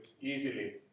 easily